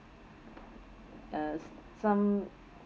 uh some